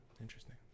Interesting